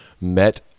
met